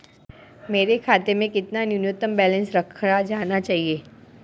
मेरे खाते में कितना न्यूनतम बैलेंस रखा जाना चाहिए?